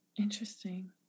Interesting